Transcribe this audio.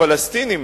הפלסטינים,